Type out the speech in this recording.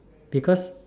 because